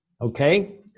Okay